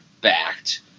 backed